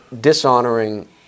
dishonoring